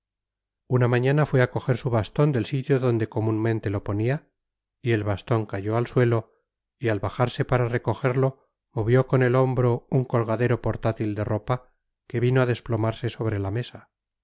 una mañana fue a coger su bastón del sitio donde comúnmente lo ponía y el bastón cayó al suelo y al bajarse para recogerlo movió con el hombro un colgadero portátil de ropa que vino a desplomarse sobre la mesa